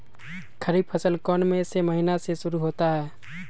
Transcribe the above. खरीफ फसल कौन में से महीने से शुरू होता है?